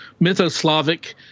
Mythoslavic